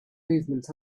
movement